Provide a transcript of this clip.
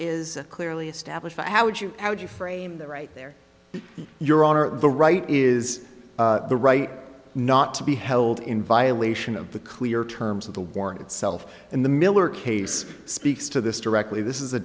is clearly established how would you how would you frame the right there your honor the right is the right not to be held in violation of the clear terms of the war itself and the miller case speaks to this directly this is a